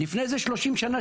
לפני איזה 30 שנה,